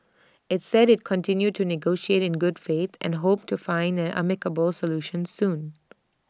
IT said IT continued to negotiate in good faith and hoped to find an amicable solution soon